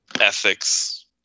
ethics